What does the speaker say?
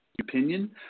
opinion